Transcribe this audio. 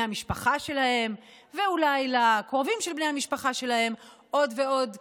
המשפחה שלהם ואולי לקרובים של בני המשפחה שלהם עוד ועוד כסף,